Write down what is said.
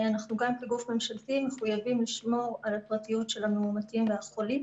אנחנו גם כגוף ממשלתי מחויבים לשמור על הפרטיות של המאומתים והחולים.